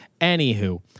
Anywho